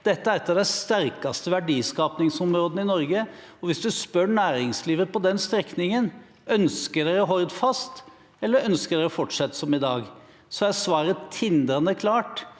Dette er et av de sterkeste verdiskapingsområdene i Norge, og hvis man spør næringslivet på den strekningen om de ønsker Hordfast, eller om de ønsker å fortsette som i dag, er svaret tindrende klart.